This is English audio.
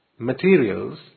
Materials